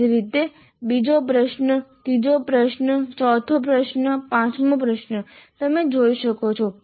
એ જ રીતે બીજો પ્રશ્ન ત્રીજો પ્રશ્ન ચોથો પ્રશ્ન પાંચમો પ્રશ્ન તમે જોઈ શકો છો